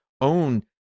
own